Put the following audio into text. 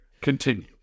Continue